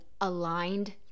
aligned